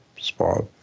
spot